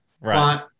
Right